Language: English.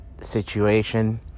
situation